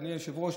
אדוני היושב-ראש,